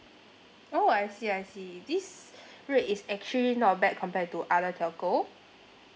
oh I see I see this rate is actually not bad compared to other telco